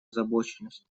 озабоченность